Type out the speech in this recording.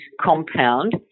compound